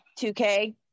2K